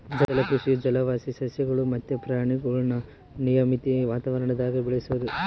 ಜಲಕೃಷಿಯು ಜಲವಾಸಿ ಸಸ್ಯಗುಳು ಮತ್ತೆ ಪ್ರಾಣಿಗುಳ್ನ ನಿಯಮಿತ ವಾತಾವರಣದಾಗ ಬೆಳೆಸೋದು